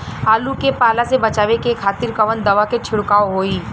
आलू के पाला से बचावे के खातिर कवन दवा के छिड़काव होई?